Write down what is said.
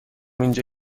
اینجا